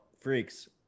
freaks